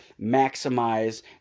maximize